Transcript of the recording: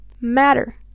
Matter